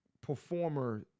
performer